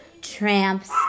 tramps